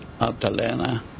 Altalena